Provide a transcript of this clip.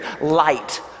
light